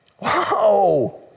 Wow